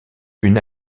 une